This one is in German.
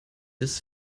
des